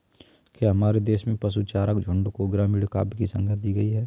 क्या हमारे देश में पशुचारक झुंड को ग्रामीण काव्य की संज्ञा दी गई है?